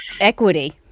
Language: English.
equity